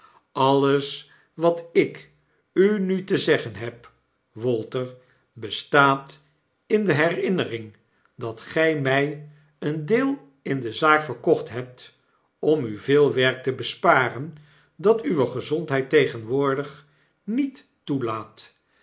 alles wat ik unutezeggen heb walter bestaat in de herinnering dat gg mg een deel in de zaak verkocht hebt om u veel werk te besparen dat uwe gezondheid tegenwoordig niet toelaat